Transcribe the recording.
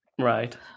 Right